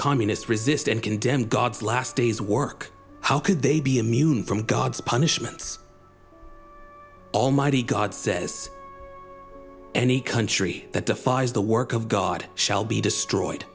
communists resist and condemn god's last day's work how could they be immune from god's punishment almighty god says any country that defies the work of god shall be destroyed